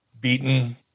beaten